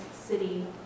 city